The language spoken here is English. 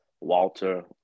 Walter